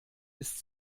ist